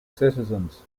citizens